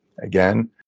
again